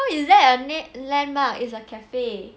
how is that a landmark it's a cafe